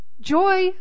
Joy